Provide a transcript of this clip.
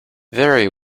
very